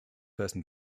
person